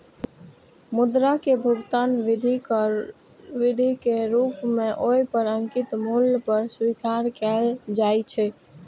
मुद्रा कें भुगतान विधिक रूप मे ओइ पर अंकित मूल्य पर स्वीकार कैल जाइ छै